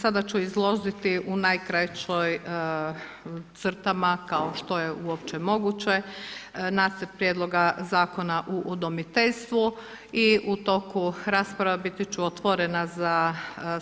Sada ću izložiti u najkraćoj crtama kao što je uopće moguće nacrt prijedloga Zakona o udomiteljstvu i u toku rasprava biti ću otvorena za